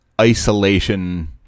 isolation